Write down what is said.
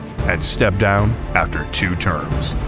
and stepped down after two terms.